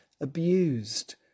abused